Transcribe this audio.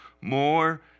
more